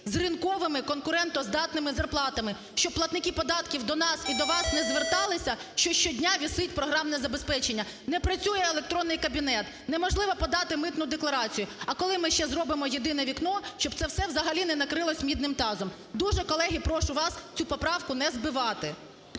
з ринковими конкурентоздатними зарплатами, щоб платники податків до нас і до вас не зверталися, що щодня "висить" програмне забезпечення, не працює електронний кабінет, неможливо подати митну декларацію. А коли ми ще зробимо "єдине вікно", щоб це все взагалі не накрилось мідним тазом. Дуже, колеги, прошу вас цю поправку не збивати.